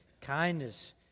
kindness